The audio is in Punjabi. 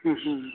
ਹਮ ਹਮ